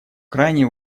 крайне